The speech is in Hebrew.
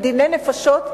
דיני נפשות,